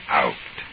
out